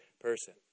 person